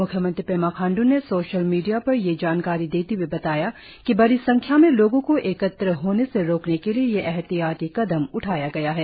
म्ख्यमंत्री पेमा खांड् ने social media पर यह जानकारी देते हए बताया कि बड़ी संख्या में लोगो को एकत्र होने से रोकने के लिए यह एहतियाती कदम उठाया गया है